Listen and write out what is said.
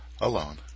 alone